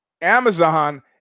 Amazon